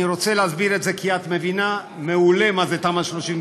אני רוצה להסביר את זה כי את מבינה מעולה מה זה תמ"א 35,